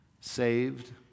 Saved